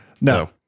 No